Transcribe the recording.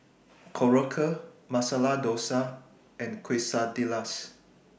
Korokke Masala Dosa and Quesadillas